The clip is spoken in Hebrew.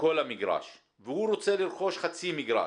כל המגרש והוא רוצה לרכוש חצי מגרש.